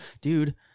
dude